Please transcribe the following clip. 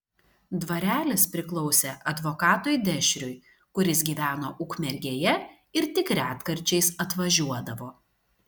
dvarelis priklausė advokatui dešriui kuris gyveno ukmergėje ir tik retkarčiais atvažiuodavo